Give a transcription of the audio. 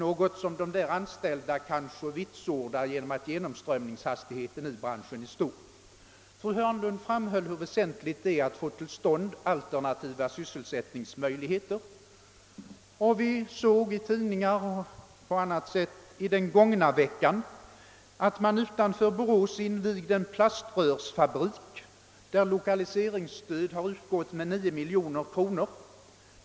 Det sistnämnda har måhända de anställda vitsordat, eftersom genomströmningshastigheten = i branschen är stor. Fru Hörnlund framhöll hur väsentligt det är att få till stånd alternativa sysselsättningsmöjligheter, och vi såg i tidningar och på annat sätt under den gångna veckan att man utanför Borås invigt en plaströrsfabrik, där lokaliseringsstöd har utgått med 9 miljoner kronor.